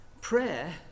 Prayer